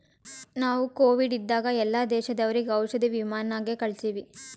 ನಾವು ಕೋವಿಡ್ ಇದ್ದಾಗ ಎಲ್ಲಾ ದೇಶದವರಿಗ್ ಔಷಧಿ ವಿಮಾನ್ ನಾಗೆ ಕಳ್ಸಿವಿ